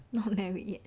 not married yet